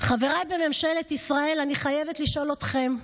חבריי בממשלת ישראל, אני חייבת לשאול אתכם: